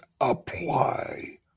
apply